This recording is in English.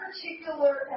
particular